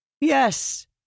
Yes